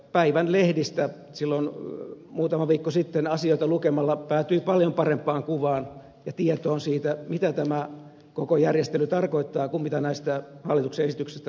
päivän lehdistä silloin muutama viikko sitten asioita lukemalla päätyi paljon parempaan kuvaan ja tietoon siitä mitä tämä koko järjestely tarkoittaa kuin näistä hallituksen esityksistä lukemalla